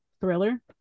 thriller